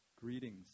Greetings